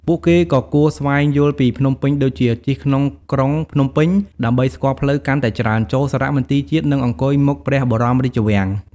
ពួកគេក៏គួរស្វែងយល់ពីភ្នំពេញដូចជា ជិះក្នុងក្រុងភ្នំពេញ ដើម្បីស្គាល់ផ្លូវកាន់តែច្រើន ចូលសារមន្ទីរជាតិ និងអង្គុយមុខព្រះបរមរាជវាំង។